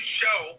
show